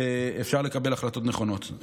אפשר לקבל החלטות נכונות.